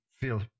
feel